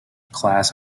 class